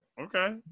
Okay